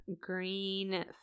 green